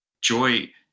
joy